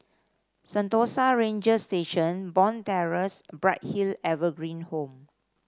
Sentosa Ranger Station Bond Terrace and Bright Hill Evergreen Home